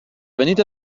venite